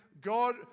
God